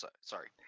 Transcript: sorry